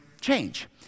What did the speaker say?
change